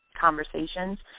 conversations